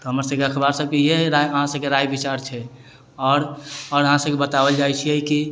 हमरसभके अखबारसभके यही राय अहाँसभके राय विचार छै आओर आओर अहाँसभके बताओल जाइत छै कि